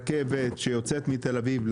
לרכבת שיוצאת מתל אביב?